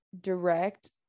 direct